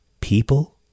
People